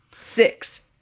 Six